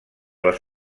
les